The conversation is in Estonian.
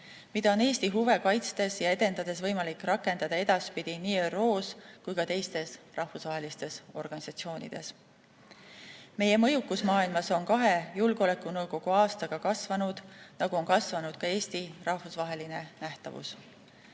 mida on Eesti huve kaitstes ja edendades võimalik rakendada edaspidi nii ÜRO‑s kui ka teistes rahvusvahelistes organisatsioonides. Meie mõjukus maailmas on kahe julgeolekunõukogu aastaga kasvanud, nagu on kasvanud ka Eesti rahvusvaheline nähtavus.